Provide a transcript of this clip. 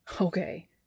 Okay